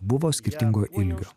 buvo skirtingo ilgio